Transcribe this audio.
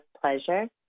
pleasure